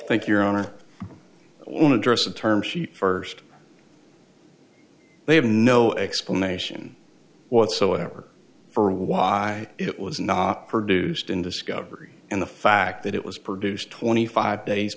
to think your honor one address a term sheet first they have no explanation whatsoever for why it was not produced in discovery and the fact that it was produced twenty five days